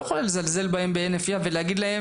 את לא יכולה לזלזל בהם בהינף יד ולהגיד להם